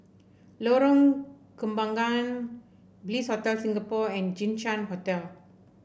Lorong Kembangan Bliss Hotel Singapore and Jinshan Hotel